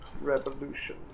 revolution